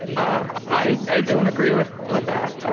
i don't agree with with that.